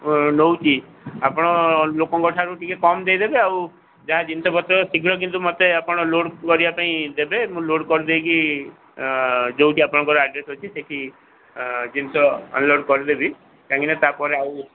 ନଉଛି ଆପଣ ଲୋକଙ୍କ ଠାରୁ ଟିକେ କମ୍ ଦେଇଦେବେ ଆଉ ଯାହା ଜିନିଷ ପତ୍ର ଶୀଘ୍ର କିନ୍ତୁ ମୋତେ ଆପଣ ଲୋଡ୍ କରିବା ପାଇଁ ଦେବେ ମୁଁ ଲୋଡ୍ କରି ଦେଇକି ଯୋଉଠି ଆପଣଙ୍କର ଆଡ୍ରେସ ଅଛି ସେଇଠି ଜିନିଷ ଅନଲୋଡ୍ କରିଦେବି କାହିଁକିନା ତାପରେ ଆଉ